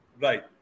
Right